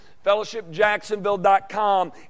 fellowshipjacksonville.com